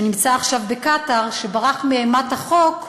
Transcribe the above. שנמצא עכשיו בקטאר, שברח מאימת החוק,